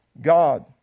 God